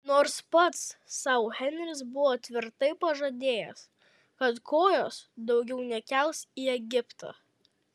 nors pats sau henris buvo tvirtai pažadėjęs kad kojos daugiau nekels į egiptą